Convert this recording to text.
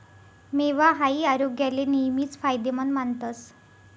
मेवा हाई आरोग्याले नेहमीच फायदेमंद मानतस